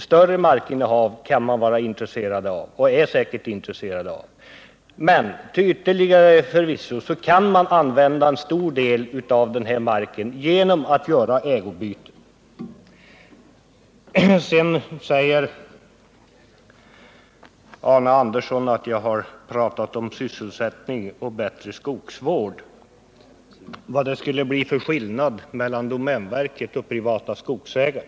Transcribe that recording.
Större markinnehav kan verket ha intresse av, men en stor del av den marken kan användas till att göra ägobyten. Arne Andersson i Ljung sade att jag har pratat om sysselsättning och bättre skogsvård och skillnaden därvidlag mellan domänverket och privata skogsägare.